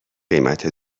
قیمت